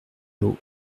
lot